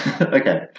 Okay